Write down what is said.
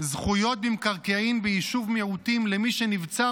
זכויות במקרקעין ביישוב מיעוטים למי שנבצר